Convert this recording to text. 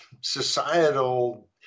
societal